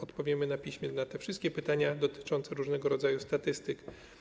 Odpowiemy na piśmie na wszystkie pytania dotyczące różnego rodzaju statystyk.